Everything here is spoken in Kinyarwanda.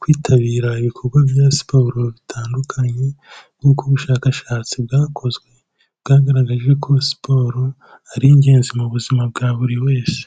kwitabira ibikorwa bya siporo bitandukanye, nk'uko ubushakashatsi bwakozwe bwagaragaje ko siporo ari ingenzi mu buzima bwa buri wese.